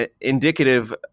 indicative